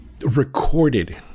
recorded